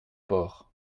porc